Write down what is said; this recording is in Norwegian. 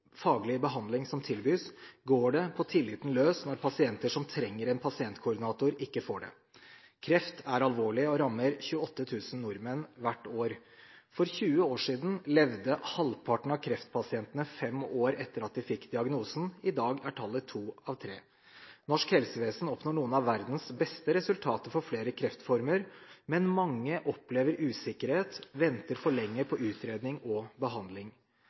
faglig behandling som tilbys, går det på tilliten løs når pasienter som trenger en pasientkoordinator, ikke får det. Kreft er alvorlig og rammer 28 000 nordmenn hvert år. For 20 år siden levde halvparten av kreftpasientene fem år etter at de fikk diagnosen. I dag er tallet to av tre. Norsk helsevesen oppnår noen av verdens beste resultater for flere kreftformer, men mange opplever usikkerhet og venter for lenge på utredning og behandling.